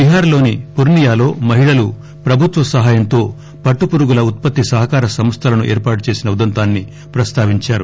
బీహార్ లోని పుర్పియాలో మహిళలు ప్రభుత్వ సహాయంతో పట్టు పురుగుల ఉత్పత్తి సహకార సంస్థలను ఏర్పాటు చేసిన ఉదంతాన్ని ప్రస్తావిందారు